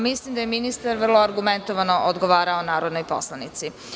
Mislim da je ministar vrlo argumentovano odgovarao narodnoj poslanici.